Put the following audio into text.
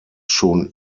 schon